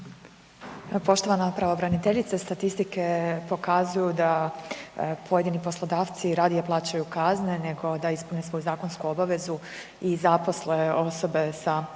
Poštovana pravobraniteljice, statistike pokazuju da pojedini poslodavci radije plaćaju kazne nego da ispune svoju zakonsku obavezu i zaposle osobe sa invaliditetom.